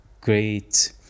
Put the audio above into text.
great